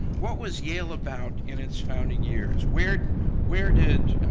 what was yale about in its founding years? where where did,